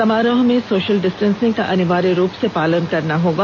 समारोह में social distancing का अनिवार्य रुप से पालन करना होगा